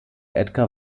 edgar